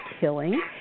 killing